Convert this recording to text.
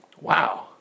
Wow